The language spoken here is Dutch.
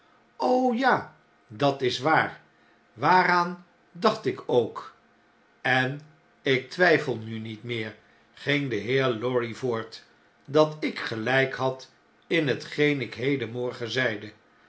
ja dat is waar waaraan dacht ik ook en ik twijfel nu niet meer ging de heer lorry voort dat ik geljjk had in hetgeen ik hedenmorgen zeide